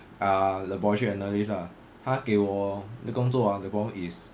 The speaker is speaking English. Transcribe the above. ah laboratory analyst lah 他给我我的工作 ah 的工 is